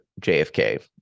JFK